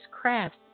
crafts